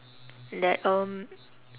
that um